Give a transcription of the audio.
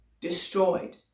destroyed